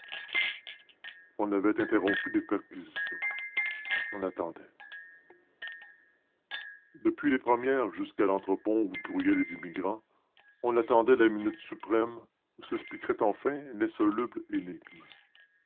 on avait interrompu les perquisitions on attendait depuis les premières jusqu'à l'entrepont où grouillaient les émigrants on attendait la minute suprême où s'expliquerait enfin l'insoluble énigme